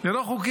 זה לא חוקי.